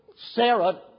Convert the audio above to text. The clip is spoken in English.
Sarah